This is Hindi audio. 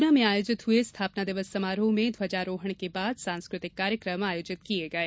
गुना में आयोजित हुए स्थापना दिवस समारोह में ध्वजारोहण के बाद सांस्कृतिक कार्यक्रम आयोजित किये गये